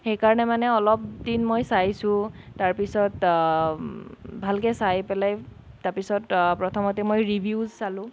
সেইকাৰণে মানে অলপ দিন মই চাইছোঁ তাৰপিছত ভালকৈ চাই পেলাই তাৰপিছত প্ৰথমতে মই ৰিভিউজ চালোঁ